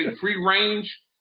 Free-range